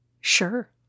Sure